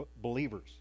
believers